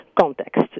context